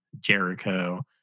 Jericho